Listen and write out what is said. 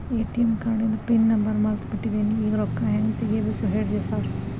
ATM ಕಾರ್ಡಿಂದು pin number ಮರ್ತ್ ಬಿಟ್ಟಿದೇನಿ ಈಗ ರೊಕ್ಕಾ ಹೆಂಗ್ ತೆಗೆಬೇಕು ಹೇಳ್ರಿ ಸಾರ್